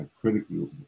critically